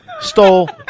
stole